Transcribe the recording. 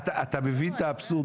אתה מבין את האבסורד?